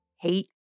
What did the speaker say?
hate